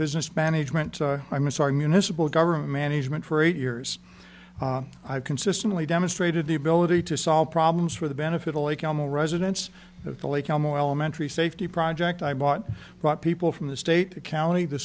business management i miss our municipal government management for eight years i have consistently demonstrated the ability to solve problems for the benefit of like elmo residents of the lake elmo elementary safety project i bought but people from the state or county the